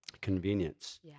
convenience